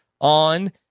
on